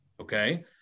okay